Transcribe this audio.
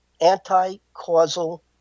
anti-causal